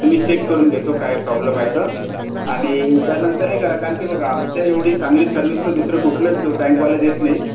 मी check करून घेतो काय प्रॉब्लेम आहे ते आणि त्यानंतर हे करा कारण की बघा आमचं एवढी चांगली सर्विस तर दुसरं कुठलेच बँकवाले देत नाहीत